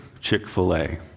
chick-fil-a